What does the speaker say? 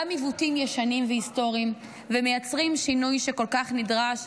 עיוותים ישנים והיסטוריים ומייצרים שינוי שכל כך נדרש.